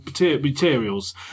materials